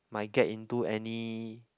might get into any